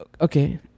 okay